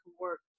work